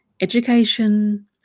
education